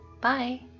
Bye